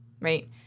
right